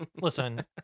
Listen